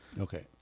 okay